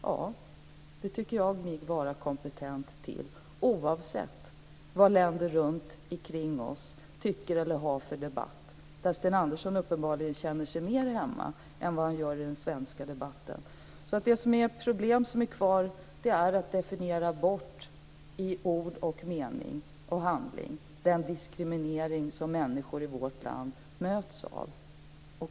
Ja, det tycker jag mig vara kompetent till, oavsett vad länder runtikring oss tycker eller har för debatt där uppenbarligen Sten Andersson känner sig mer hemma än vad han gör i den svenska debatten. De som är kvar som problem är att i ord, mening och handling definiera bort den diskriminering som människor i vårt land möts av.